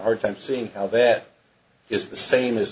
hard time seeing how bad is the same as